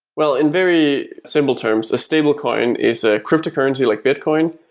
well, in very simple terms a stablecoin is a cryptocurrency like bitcoin,